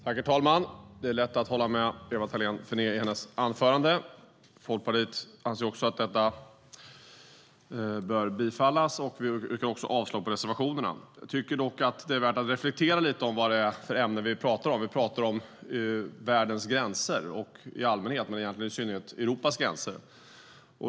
Herr talman! Det är lätt att hålla med Ewa Thalén Finné i hennes anförande. Folkpartiet anser också att förslaget i detta utlåtande bör bifallas och yrkar avslag på reservationerna. Jag tycker dock att det är värt att reflektera lite över vad det är för ämne vi talar om. Vi talar om världens gränser i allmänhet men i synnerhet Europas gränser.